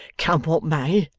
come what may,